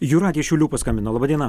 jūratė šiaulių paskambino laba diena